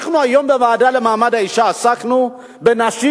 היום בוועדה למעמד האשה עסקנו בנשים